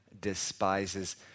despises